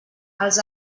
els